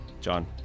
John